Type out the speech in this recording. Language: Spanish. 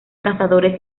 cazadores